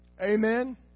Amen